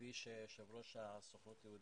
כפי שמסר יושב ראש הסוכנות היהודית,